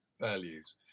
values